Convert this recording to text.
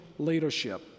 Leadership